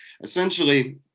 essentially